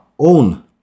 Own